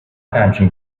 همچین